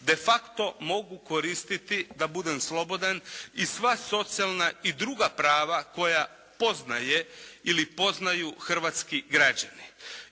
de facto mogu koristiti da budem slobodan i sva socijalna i druga prava koja poznaje ili poznaju hrvatski građani.